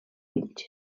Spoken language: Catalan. fills